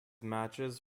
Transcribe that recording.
matches